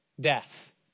death